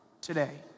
today